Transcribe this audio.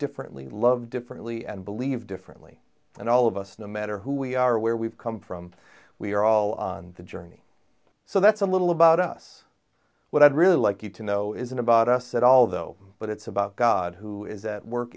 differently love differently and believe differently and all of us no matter who we are where we've come from we are all on the journey so that's a little about us what i'd really like you to know isn't about us at all though but it's about god who is at work